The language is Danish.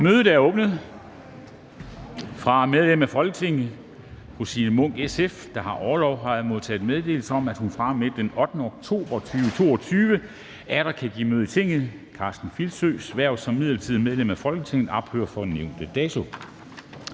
Mødet er åbnet. Fra medlem af Folketinget fru Signe Munk (SF), der har orlov, har jeg modtaget meddelelse om, at hun fra og med den 8. oktober 2022 atter kan give møde i Tinget. Karsten Filsøs hverv som midlertidigt medlem af Folketinget ophører fra nævnte dato.